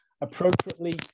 appropriately